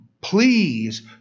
Please